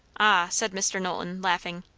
ah, said mr. knowlton, laughing,